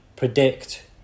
predict